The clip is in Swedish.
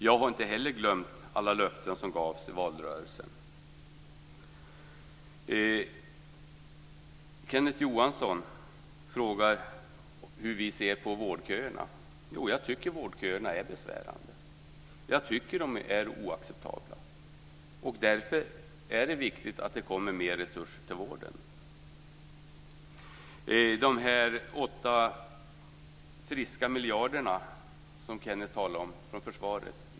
Jag har inte heller glömt alla löften som gavs i valrörelsen. Kenneth Johansson frågar hur vi ser på vårdköerna. Jag tycker att de är besvärande. Jag tycker att de är oacceptabla. Därför är det viktigt att det kommer mer resurser till vården. Kenneth Johansson talar om de åtta friska miljarderna från försvaret.